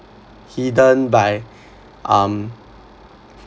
hidden by um